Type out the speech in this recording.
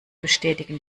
bestätigen